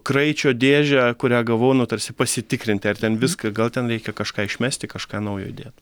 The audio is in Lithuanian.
kraičio dėžę kurią gavau nu tarsi pasitikrinti ar ten viską gal ten reikia kažką išmesti kažką naujo įdėt